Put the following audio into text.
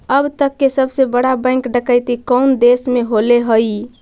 अब तक के सबसे बड़ा बैंक डकैती कउन देश में होले हइ?